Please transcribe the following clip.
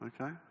Okay